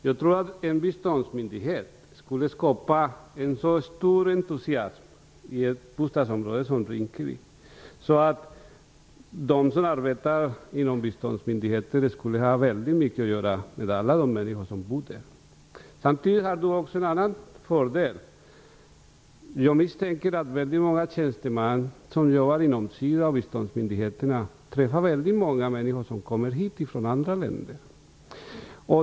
Jag tror att en biståndsmyndighet skulle skapa så stor entusiasm i ett bostadsområde som Rinkeby att de som arbetar inom biståndsmyndigheten skulle ha väldigt mycket att göra med alla de människor som bor där. Samtidigt har det en annan fördel. Jag misstänker att väldigt många tjänstemän som jobbar inom SIDA och biståndsmyndigheterna träffar många människor som kommer hit från andra länder.